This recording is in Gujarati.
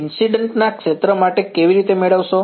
વિદ્યાર્થીઃ ઈન્સિડન્ટ ના ક્ષેત્ર માટે કેવી રીતે મેળવશો